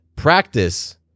Practice